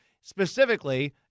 Specifically